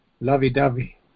lovey-dovey